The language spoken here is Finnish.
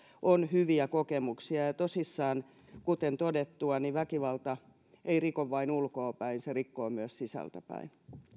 on hyviä kokemuksia ja ja tosissaan kuten todettua niin väkivalta ei riko vain ulkoapäin se rikkoo myös sisältäpäin